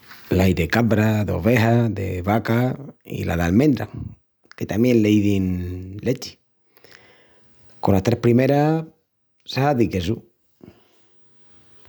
L’ai de cabra, d'oveja, de vaca i la d'almendra que tamién le izin lechi. Conas tres primeras se hazi quesu.